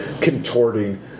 contorting